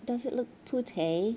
does it look putih